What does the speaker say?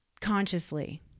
consciously